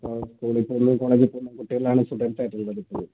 അപ്പം സ്കൂളിൽ പോവുന്ന കോളേജിൽ പോവുന്ന കുട്ടികളാണ് സ്റ്റുഡൻസായിട്ട് കൂടുതൽ